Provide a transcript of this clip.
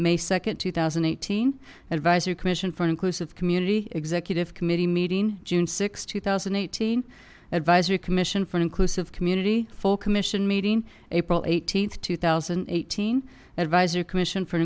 may second two thousand and eighteen advisory commission for inclusive community executive committee meeting june sixth two thousand and eighteen advisory commission for inclusive community full commission meeting april eighteenth two thousand and eighteen advisory commission for